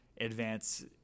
advance